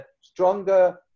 stronger